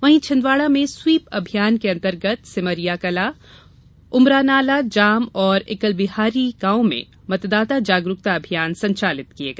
वहीं छिन्दवाड़ा में स्वीप अभियान के अंतर्गत सिमरिया कला उमरानाला जाम और इकलबिहरी गांवों में मतदाता जागरूकता अभियान संचालित किया गया